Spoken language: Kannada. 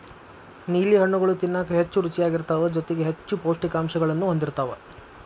ನೇಲಿ ಹಣ್ಣುಗಳು ತಿನ್ನಾಕ ಹೆಚ್ಚು ರುಚಿಯಾಗಿರ್ತಾವ ಜೊತೆಗಿ ಹೆಚ್ಚು ಪೌಷ್ಠಿಕಾಂಶಗಳನ್ನೂ ಹೊಂದಿರ್ತಾವ